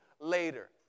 later